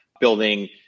building